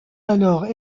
alors